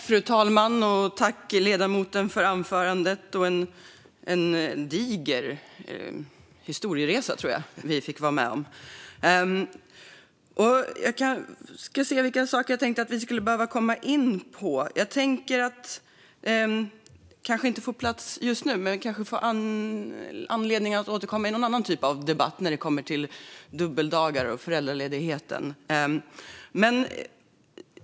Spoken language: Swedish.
Fru talman! Tack, ledamoten, för anförandet och den digra historieresa vi fick vara med om! Det kanske inte får plats just nu, men jag kanske får anledning att återkomma till frågan om dubbeldagar och föräldraledighet i någon annan typ av debatt.